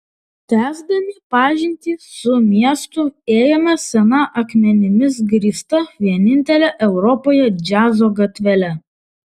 tęsdami pažintį su miestu ėjome sena akmenimis grįsta vienintele europoje džiazo gatvele